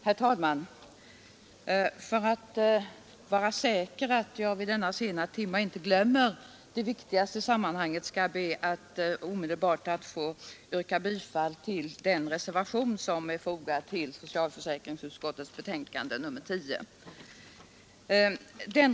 Herr talman! För att vara säker på att jag vid denna sena timme inte glömmer det viktigaste i sammanhanget skall jag be att omedelbart få yrka bifall till den reservation som är fogad till socialförsäkringsutskottets betänkande nr 10.